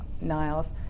Niles